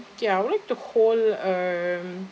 ya I would like to hold um